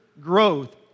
growth